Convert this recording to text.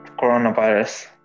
Coronavirus